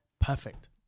Perfect